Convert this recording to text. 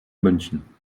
münchen